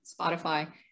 Spotify